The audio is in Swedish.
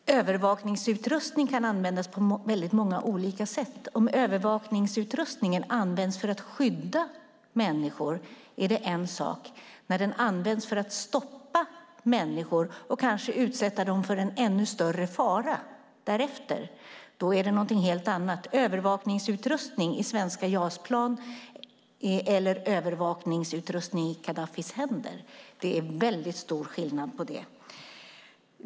Herr talman! Övervakningsutrustning kan användas på väldigt många olika sätt. Om övervakningsutrustningen används för att skydda människor är det en sak; när den används för att stoppa människor och kanske utsätta dem för en ännu större fara därefter är det någonting helt annat. Det är väldigt stor skillnad mellan övervakningsutrustning i svenska JAS-plan och övervakningsutrustning i Gaddafis händer.